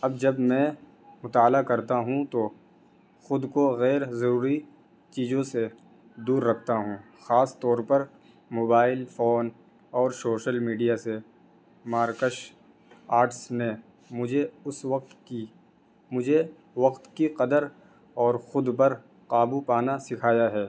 اب جب میں مطالعہ کرتا ہوں تو خود کو غیر ضروری چیزوں سے دور رکھتا ہوں خاص طور پر موبائل فون اور شوشل میڈیا سے مارکش آرٹس نے مجھے اس وقت کی مجھے وقت کی قدر اور خود پر قابو پانا سکھایا ہے